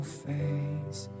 face